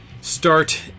start